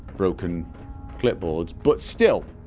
broken clipboards but still